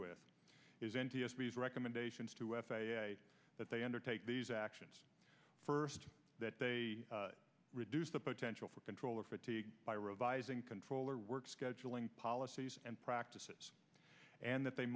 with is n t s b is recommendations to f a a that they undertake these actions first that they reduce the potential for controller fatigue by revising controller work scheduling policies and practices and that they